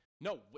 no